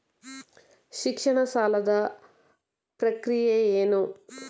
ಶಿಕ್ಷಣ ಸಾಲದ ಪ್ರಕ್ರಿಯೆ ಏನು?